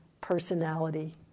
personality